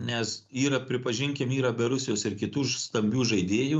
nes yra pripažinkim yra be rusijos ir kitų stambių žaidėjų